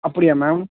அப்படியா மேம்